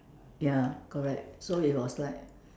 ya correct so it was like